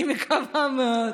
אני מקווה מאוד,